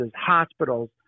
hospitals